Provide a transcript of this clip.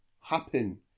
happen